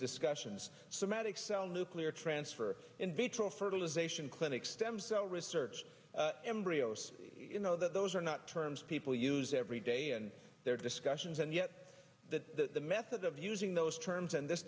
discussions somatic cell nuclear transfer or in vitro fertilization clinics stem cell research embryos you know those are not terms people use every day and there are discussions and yet that the method of using those terms and this